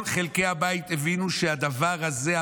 כל חלקי הבית הבינו את הדבר הזה,